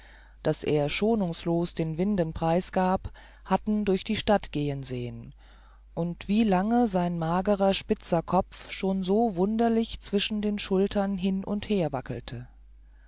das er schonungslos den winden preisgab hatten durch die straßen gehen sehen und wie lange sein magerer spitziger kopf schon so wunderlich zwischen den schultern hin und her wackelte